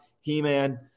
Heman